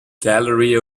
gallery